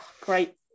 Great